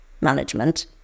management